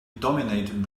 dominated